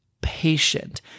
patient